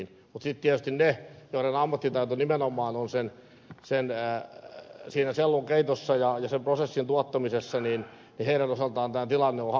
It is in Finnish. mutta sitten tietysti niiden osalta joiden ammattitaito nimenomaan on siinä sellun keitossa ja sen prosessin tuottamisessa tilanne on haasteellisempi